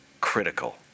critical